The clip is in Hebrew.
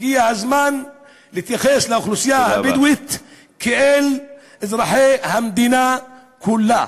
הגיע הזמן להתייחס לאוכלוסייה הבדואית כאל אזרחי המדינה כולה.